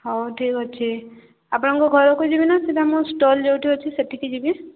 ହଉ ଠିକ୍ ଅଛି ଆପଣଙ୍କ ଘରକୁ ଯିବି ନା ସିଧା ମୁଁ ଷ୍ଟଲ୍ ଯୋଉଠି ଅଛି ସେଠିକି ଯିବି